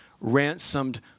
ransomed